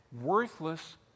Worthless